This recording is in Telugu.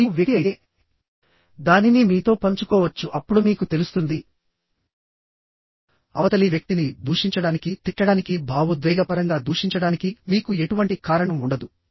మరియు వ్యక్తి అయితే దానిని మీతో పంచుకోవచ్చు అప్పుడు మీకు తెలుస్తుంది అవతలి వ్యక్తిని దూషించడానికి తిట్టడానికి భావోద్వేగపరంగా దూషించడానికి మీకు ఎటువంటి కారణం ఉండదు